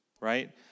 right